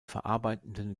verarbeitenden